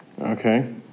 Okay